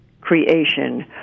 creation